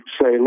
say